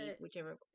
whichever